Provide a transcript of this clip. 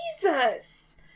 Jesus